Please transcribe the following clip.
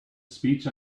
speech